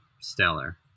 stellar